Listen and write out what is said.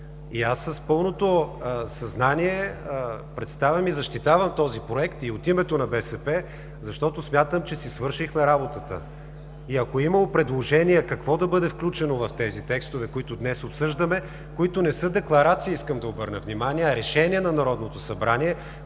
Аз с пълното съзнание представям и защитавам този Проект и от името на БСП, защото смятам, че си свършихме работата. Ако е имало предложения какво да бъде включено в тези текстове, които днес обсъждаме, които не са декларации, искам да обърна внимание, на решения на Народното събрание,